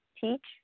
teach